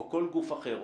או כל גוף אחר,